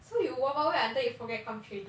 so you wild wild wet until you forget come training